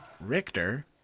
Richter